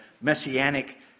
messianic